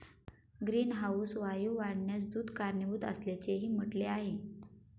greenhouse वायू वाढण्यास दूध कारणीभूत असल्याचेही म्हटले आहे